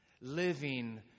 Living